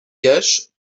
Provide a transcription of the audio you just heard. gaches